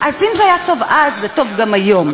אז אם זה היה טוב אז, זה טוב גם היום.